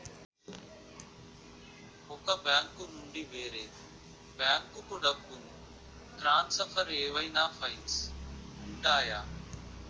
ఒక బ్యాంకు నుండి వేరే బ్యాంకుకు డబ్బును ట్రాన్సఫర్ ఏవైనా ఫైన్స్ ఉంటాయా?